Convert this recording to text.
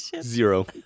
zero